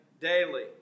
daily